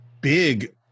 big